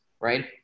right